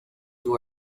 you